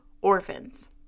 orphans